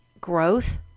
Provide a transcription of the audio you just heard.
growth